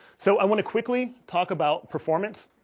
so i want to quickly talk about performance